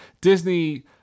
Disney